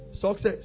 Success